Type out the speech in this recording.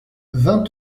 vingt